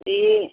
ए